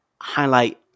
highlight